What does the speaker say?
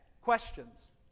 Questions